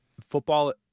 Football